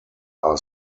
are